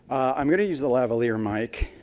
i'm going to use the lavaliere mic.